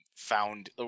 found